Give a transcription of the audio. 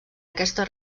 aquesta